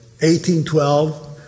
1812